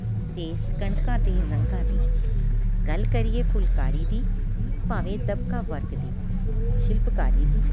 ਅਤੇ ਇਸ ਕਣਕਾਂ ਦੇ ਰੰਗਾਂ ਦੀ ਗੱਲ ਕਰੀਏ ਫੁਲਕਾਰੀ ਦੀ ਭਾਵੇਂ ਦਬਕਾ ਵਰਗ ਦੀ ਸ਼ਿਲਪਕਾਰੀ ਦੀ